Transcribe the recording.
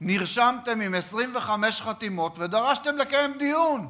נרשמתם עם 25 חתימות ודרשתם לקיים דיון,